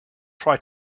try